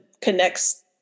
connects